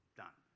done